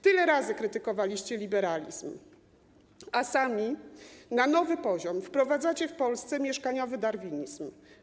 Tyle razy krytykowaliście liberalizm, a sami na nowy poziom wprowadzacie w Polsce mieszkaniowy darwinizm.